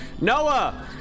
Noah